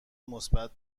مثبت